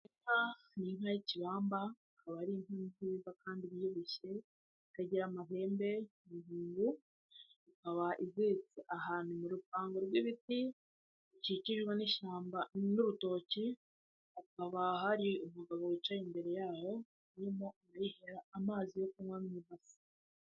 Inka, ni inka y'ikibamba, ikaba ari inka nziza kandi ibushye, itagira amahembe, ni inkungu, ikaba iziritse ahantu mu rupango rw'ibiti, bikikijwe n'ishyamba n'urutoki, hakaba hari umugabo wicaye imbere yayo, urimo kuyihera amazi yo kunywa mu ibase.